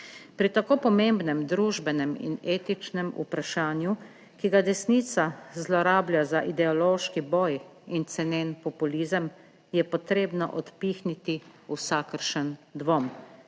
Pri tako pomembnem družbenem in etičnem vprašanju, ki ga desnica zlorablja za ideološki boj in cenen populizem je potrebno odpihniti vsakršen dvom